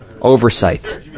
Oversight